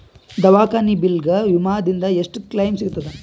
ದವಾಖಾನಿ ಬಿಲ್ ಗ ವಿಮಾ ದಿಂದ ಎಷ್ಟು ಕ್ಲೈಮ್ ಸಿಗತದ?